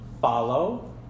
Follow